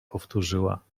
powtórzyła